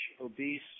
obese